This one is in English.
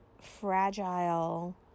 fragile